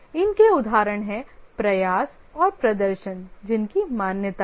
इनके उदाहरण है प्रयास और प्रदर्शन जिनकी मान्यता है